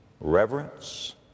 Reverence